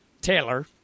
Taylor